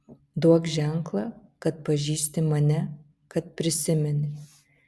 duok ženklą kad pažįsti mane kad prisimeni